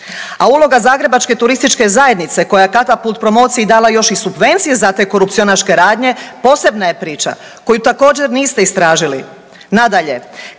A uloga Zagrebačke turističke zajednice koja je „Katapult promociji“ dala još i subvencije za te korupcionaške radnje posebna je priča koju također niste istražili. Nadalje,